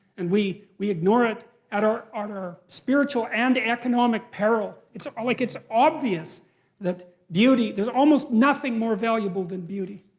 and we we ignore it at our our spiritual and economic peril. it's ah like it's obvious that beauty, there's almost nothing more valuable than beauty.